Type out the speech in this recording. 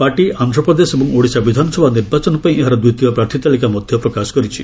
party Andhra Pradesh ଏବଂ ଓଡ଼ିଶା ବିଧାନସଭା ନିର୍ବାଚନ ପାଇଁ ଏହାର ଦ୍ୱିତୀୟ ପ୍ରାର୍ଥୀ ତାଲିକା ମଧ୍ୟ ପ୍ରକାଶ କରିଛି